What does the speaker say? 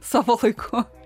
savo laiku